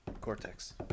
Cortex